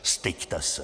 Styďte se!